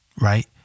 right